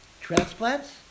transplants